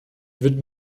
wird